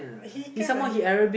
he kind of he